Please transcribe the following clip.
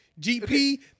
GP